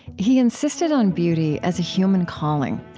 he insisted on beauty as a human calling.